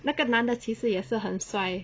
那个男的其实也是很帅